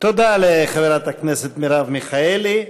תודה לחברת הכנסת מרב מיכאלי.